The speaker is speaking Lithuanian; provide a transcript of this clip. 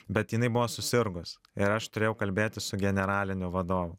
bet jinai buvo susirgus ir aš turėjau kalbėti su generaliniu vadovu